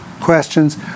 questions